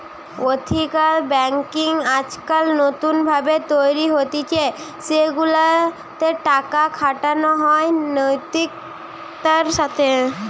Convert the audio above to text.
ethical banking আজকাল নতুন ভাবে তৈরী হতিছে সেগুলা তে টাকা খাটানো হয় নৈতিকতার সাথে